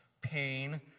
pain